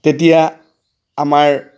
তেতিয়া আমাৰ